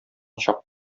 чак